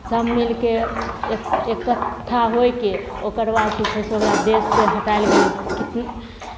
सभ मिलके एक एकट्ठा होइके ओकर बादसँ छै से ओकरा देशसँ हटाओल गेलय की